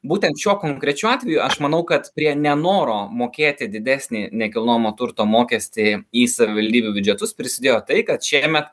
būtent šiuo konkrečiu atveju aš manau kad prie nenoro mokėti didesnį nekilnojamo turto mokestį į savivaldybių biudžetus prisidėjo tai kad šiemet